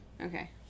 Okay